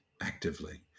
actively